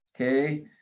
okay